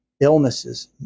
illnesses